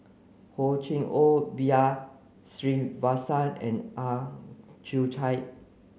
Hor Chim Or B R Sreenivasan and Ang Chwee Chai